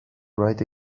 write